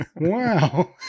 Wow